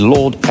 Lord